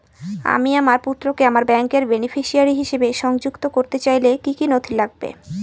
আমি আমার পুত্রকে আমার ব্যাংকের বেনিফিসিয়ারি হিসেবে সংযুক্ত করতে চাইলে কি কী নথি লাগবে?